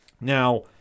Now